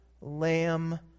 lamb